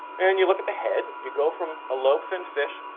and you look at the head. you go from a lobe finner fish,